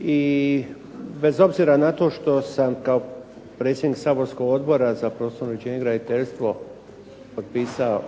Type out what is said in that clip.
I bez obzira na to što sam kao predsjednik saborskog Odbora za prostorno uređenje i graditeljstvo potpisao